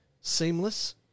seamless